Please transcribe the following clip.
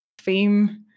theme